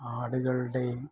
ആടുകളുടെയും